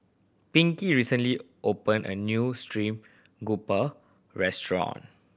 Pinkie recently opened a new stream grouper restaurant